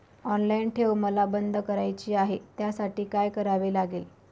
Online ठेव मला बंद करायची आहे, त्यासाठी काय करावे लागेल?